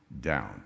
Down